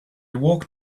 walked